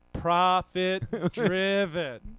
Profit-driven